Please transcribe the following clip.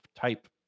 type